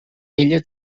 ella